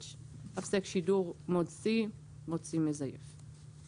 (3ׂ)הפסק שידור מוד C (מוד C מזייף).